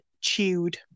chewed